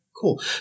Cool